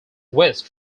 west